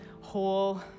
whole